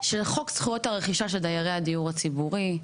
של חוק זכויות הרכישה של דיירי הדיור הציבורי,